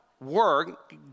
work